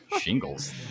shingles